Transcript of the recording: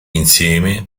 insieme